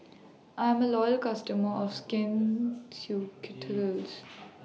I'm A Loyal customer of Skin